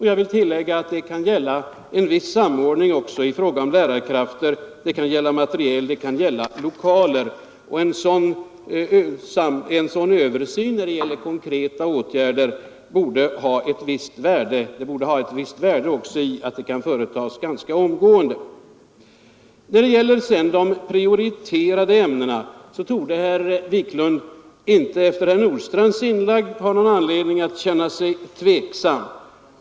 Jag vill tillägga att det kan gälla en viss samordning också i fråga om lärarkrafter, materiel och lokaler. En översyn avseende sådana konkreta åtgärder borde ha ett visst värde också därigenom att den kan företas ganska omgående. När det sedan gäller de prioriterade ämnena torde herr Wiklund inte efter herr Nordstrandhs inlägg ha någon anledning att känna sig tveksam.